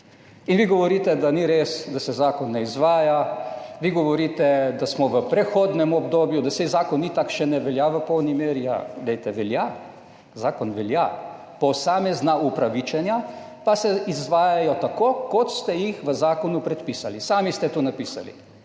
In vi govorite, da ni res, da se zakon ne izvaja. Vi govorite, da smo v prehodnem obdobju, da saj zakon itak še ne velja v polni meri. Ja, glejte velja, zakon velja. Posamezna upravičenja pa se izvajajo tako, kot ste jih v zakonu predpisali, sami ste to napisali.